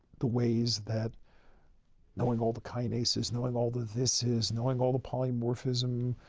the ways that knowing all the kinases, knowing all the thisis, knowing all the polymorphism,